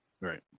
Right